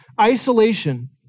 isolation